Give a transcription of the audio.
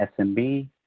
SMB